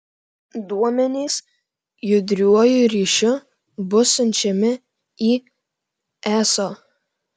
duomenys judriuoju ryšiu bus siunčiami į eso